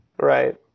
Right